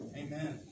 Amen